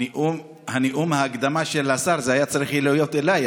נאום ההקדמה של השר היה צריך להיות אליי,